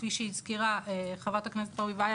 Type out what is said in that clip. כפי שהזכירה חברת הכנסת ברביבאי,